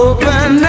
Open